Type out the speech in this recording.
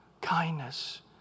Kindness